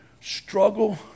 struggle